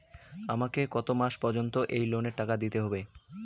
আমাকে কত মাস পর্যন্ত এই লোনের টাকা দিতে হবে?